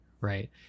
right